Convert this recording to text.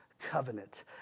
covenant